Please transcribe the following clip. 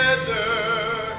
together